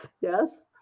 Yes